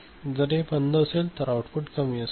आणि जर हे बंद असेल तर आउटपुट कमी असेल